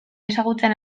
ezagutzen